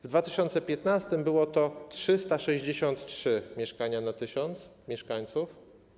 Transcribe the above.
W 2015 r. były to 363 mieszkania na 1000 mieszkańców.